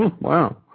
Wow